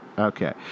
Okay